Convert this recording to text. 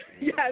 Yes